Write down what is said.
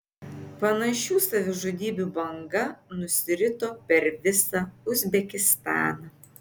panašių savižudybių banga nusirito per visą uzbekistaną